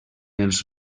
els